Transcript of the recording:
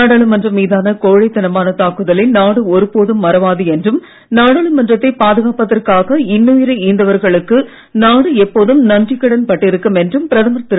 நாடாளுமன்றம் மீதான கோழைத்தனமான தாக்குதலை நாடு ஒருபோதும் மறவாது என்றும் நாடாளுமன்றத்தை பாதுகாப்பதற்காக இன்னுயிரை ஈந்தவர்களுக்கு நாடு எப்போதும் நன்றிக் கடன் பட்டிருக்கும் என்றும் பிரதமர் திரு